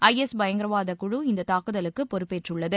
ஜஎஸ் பயங்கரவாத குழு இந்த தாக்குதலுக்கு பொறுப்பேற்றுள்ளது